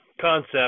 concept